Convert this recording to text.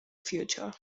future